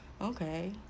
okay